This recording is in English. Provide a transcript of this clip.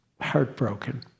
heartbroken